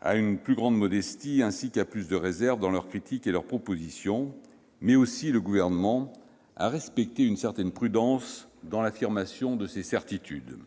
à la plus grande modestie ainsi qu'à plus de réserve dans leurs critiques et leurs propositions, mais aussi le Gouvernement à respecter une certaine prudence dans l'affirmation de ses certitudes.